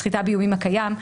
סחיטה באיומים הקיים,